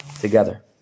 together